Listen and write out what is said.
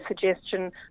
suggestion